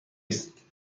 است